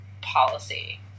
policy